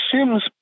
Sims